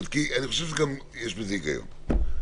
אני חשוב שיש בזה הגיון.